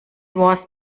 was